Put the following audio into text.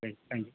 right thank you